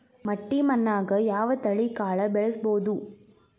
ಮಟ್ಟಿ ಮಣ್ಣಾಗ್, ಯಾವ ತಳಿ ಕಾಳ ಬೆಳ್ಸಬೋದು?